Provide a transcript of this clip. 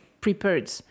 prepared